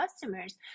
customers